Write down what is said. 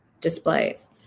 displays